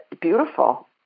beautiful